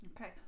Okay